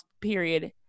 period